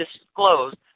disclosed